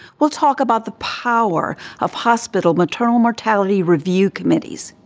we'll talk about the power of hospital maternal mortality review committees.